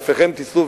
ענפיכם תישאו,